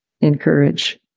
encourage